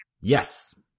Yes